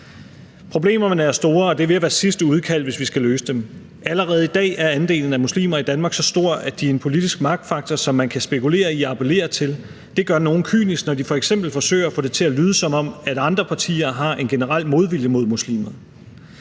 Problemerne er store, og det er ved at være sidste udkald, hvis vi skal løse dem. Allerede i dag er andelen af muslimer i Danmark så stor, at de er en politisk magtfaktor, som man kan spekulere i at appellere til. Det gør nogle kyniske, når de f.eks. forsøger at få det til at lyde, som om andre partier har en generel modvilje mod muslimer.